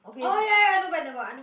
oh ya ya not bad they got unknown